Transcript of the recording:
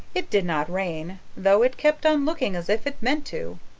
it did not rain, though it kept on looking as if it meant to.